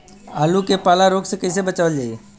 आलू के पाला रोग से कईसे बचावल जाई?